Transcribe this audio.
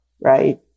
right